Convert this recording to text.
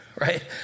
Right